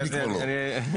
אני כבר לא.